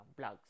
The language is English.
Blogs